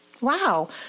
wow